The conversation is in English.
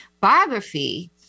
Biography